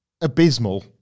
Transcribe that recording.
abysmal